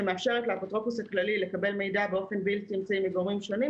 שמאפשרת לאפוטרופוס הכללי לקבל מידע באופן בלתי אמצעי מגורמים שונים,